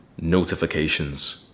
notifications